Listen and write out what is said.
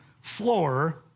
floor